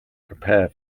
prepare